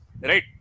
Right